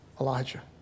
Elijah